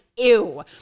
ew